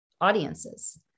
audiences